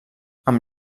amb